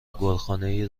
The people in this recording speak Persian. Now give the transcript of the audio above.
گلخانهای